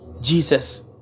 Jesus